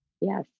Yes